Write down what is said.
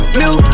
new